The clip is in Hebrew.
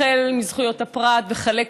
החל מזכויות הפרט וכלה,